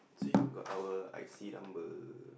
see got our I_C number